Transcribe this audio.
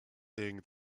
saying